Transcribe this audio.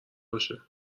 باشه